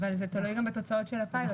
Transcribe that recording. אבל זה תלוי גם בתוצאות הפיילוט.